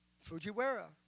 Fujiwara